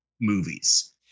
movies